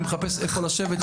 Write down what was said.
אני מחפש איפה לשבת.